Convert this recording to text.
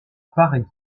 paris